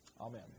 Amen